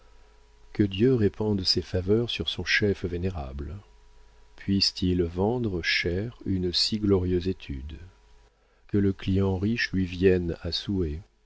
que dieu répande ses faveurs sur son chef vénérable puisse-t-il vendre cher une si glorieuse étude que le client riche lui vienne à souhait